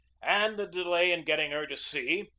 and the delay in getting her to sea,